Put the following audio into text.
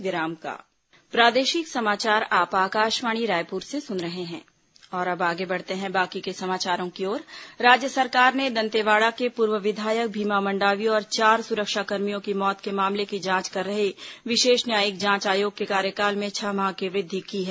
न्यायिक जांच आयोग कार्यकाल राज्य सरकार ने दंतेवाड़ा के पूर्व विधायक भीमा मंडावी और चार सुरक्षाकर्मियों की मौत के मामले की जांच कर रहे विशेष न्यायिक जांच आयोग के कार्यकाल में छह माह की वृद्वि की है